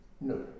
No